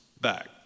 back